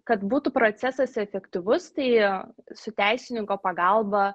kad būtų procesas efektyvus tai su teisininko pagalba